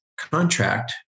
contract